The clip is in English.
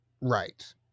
right